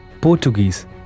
Portuguese